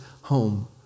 home